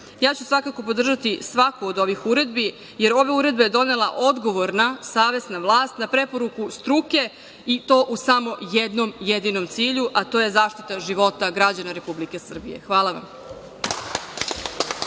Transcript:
Ja ću svakako podržati svaku od ovih uredbi, jer ove uredbe je donela odgovorna, savesna vlast, na preporuku struke i to u samo jednom jedinom cilju, a to je zaštita života građana Republike Srbije. Hvala vam.